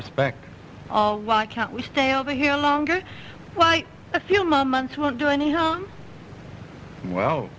respect oh why can't we stay over here longer quite a few moments won't do any harm well